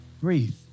breathe